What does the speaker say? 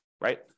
Right